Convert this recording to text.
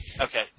Okay